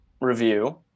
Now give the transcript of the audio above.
review